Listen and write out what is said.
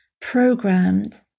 programmed